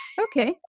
Okay